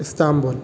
Istanbul